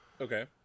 Okay